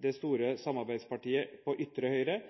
det store samarbeidspartiet på ytre høyre